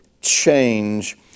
change